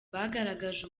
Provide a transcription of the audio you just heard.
bagaragaje